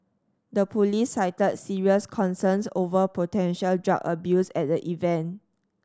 the police cited serious concerns over potential drug abuse at the event